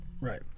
right